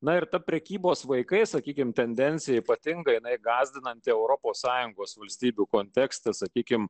na ir tą prekybos vaikais sakykime tendencija ypatingai jinai gąsdinanti europos sąjungos valstybių kontekste sakykime